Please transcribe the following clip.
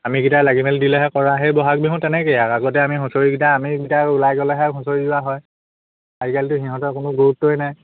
আমিকিটা লাগি মেলি দিলেহে কৰা সেই বহাগ বিহুত তেনেকৈয়ে আৰু আগতে আমি হুঁচৰিকেইটা আমিকেইটা ওলাই গ'লেহে হুঁচৰি গোৱা হয় আজিকালিতো সিহঁতৰ কোনো গুৰুত্বই নাই